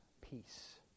peace